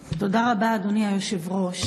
תודה רבה, אדוני היושב-ראש.